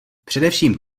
především